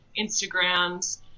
Instagrams